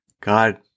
God